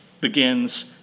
begins